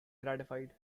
gratified